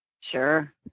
Sure